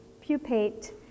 pupate